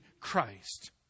Christ